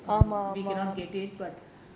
we cannot get it but